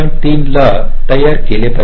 3 ला तयार असले पाहिजे